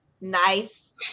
nice